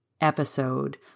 episode